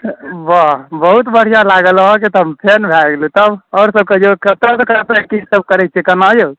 वाह बहुत बढ़िआँ लागल अहाँके तऽ हम फैन भए गेलहुँ तब आओर सभ कहियौ कतयसँ कतय अपने कीसभ करै छियै केना यौ